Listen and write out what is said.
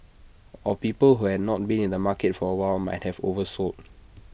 or people who had not been in the market for A while might have oversold